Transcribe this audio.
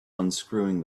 unscrewing